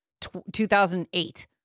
2008